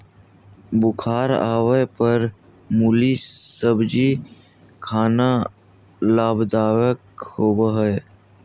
बुखार आवय पर मुली सब्जी खाना लाभदायक होबय हइ